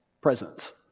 presence